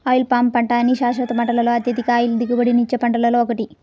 oil palm పంట అన్ని శాశ్వత పంటలలో అత్యధిక ఆయిల్ దిగుబడినిచ్చే పంటలలో ఒకటి